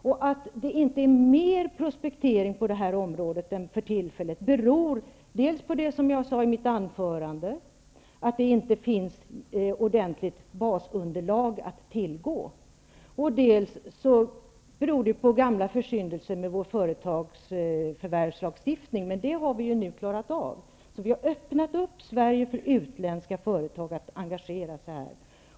Att det för tillfället inte bedrivs mer prospektering på detta område beror dels på det jag sade i mitt huvudanförande, dvs. att det inte finns något ordentligt basunderlag att tillgå, dels på gamla försyndelser när det gäller vår företagsförvärvslagstiftning, men detta har vi ju nu klarat av. Vi har alltså öppnat Sverige och gjort det möjligt för utländska företag att engagera sig här.